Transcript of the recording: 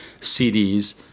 CDs